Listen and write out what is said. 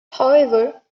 however